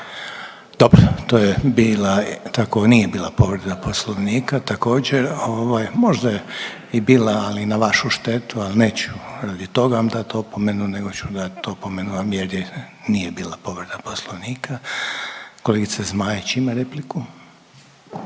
Dobro, to je bila nije bila povreda poslovnika također, možda je i bila, ali na vašu štetu, ali neću vam radi toga dati opomenu nego ću dat opomenu jer nije bila povreda poslovnika. Kolegice Zmaić ima repliku.